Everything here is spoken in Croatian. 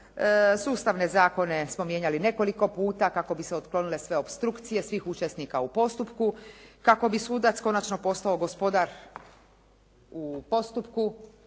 sustavne zakone smo mijenjali nekoliko puta kako bi se otklonile sve opstrukcije svih učesnika u postupku, kako bi sudac konačno postao gospodar u postupku,